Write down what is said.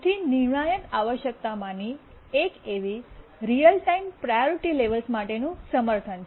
સૌથી નિર્ણાયક આવશ્યકતામાંની એક એવી રીઅલ ટાઇમ પ્રાયોરિટી લેવેલ્સ માટેનું સમર્થન છે